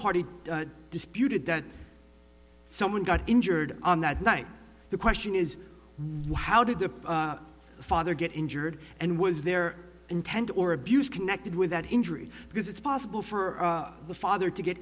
party disputed that someone got injured on that night the question is why how did the father get injured and was their intent or abuse connected with that injury because it's possible for the father to get